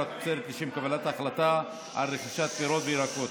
התוצרת לשם קבלת ההחלטה על רכישת פירות וירקות.